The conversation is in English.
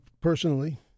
personally